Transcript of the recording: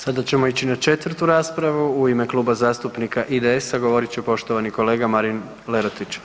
Sada ćemo ići na 4 raspravu, u ime Kluba zastupnika IDS-a govorit će poštovani kolega Marin Lerotić.